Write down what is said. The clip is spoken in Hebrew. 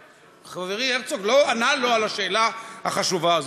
שחברי הרצוג לא ענה לו על השאלה החשובה הזאת.